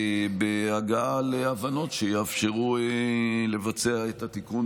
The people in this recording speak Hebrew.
בהגעה להבנות שיאפשרו לבצע את התיקון